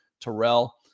Terrell